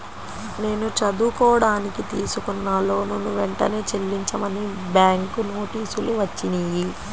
నేను చదువుకోడానికి తీసుకున్న లోనుని వెంటనే చెల్లించమని బ్యాంకు నోటీసులు వచ్చినియ్యి